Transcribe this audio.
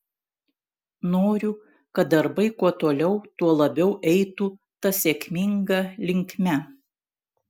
noriu kad darbai kuo toliau tuo labiau eitų ta sėkminga linkme